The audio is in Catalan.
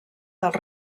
dels